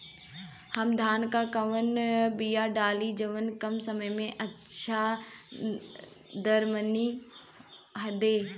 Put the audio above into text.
हम धान क कवन बिया डाली जवन कम समय में अच्छा दरमनी दे?